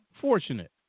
fortunate